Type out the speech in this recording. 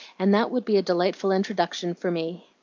and that would be a delightful introduction for me.